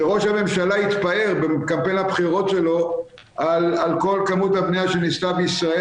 שראש הממשלה התפאר בקמפיין הבחירות שלו על כל כמות הבניה שנעשתה בישראל.